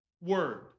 word